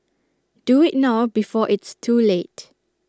do IT now before it's too late